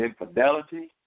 infidelity